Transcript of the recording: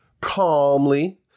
calmly